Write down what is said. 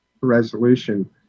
resolution